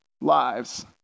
lives